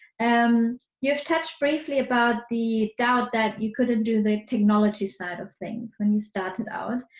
and you have touched briefly about the doubt that you couldn't do the technology side of things when you started out.